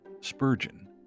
Spurgeon